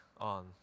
on